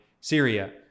Syria